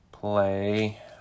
play